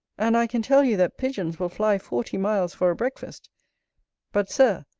and i can tell you that pigeons will fly forty miles for a breakfast but, sir,